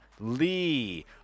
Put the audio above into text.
Lee